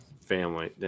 Family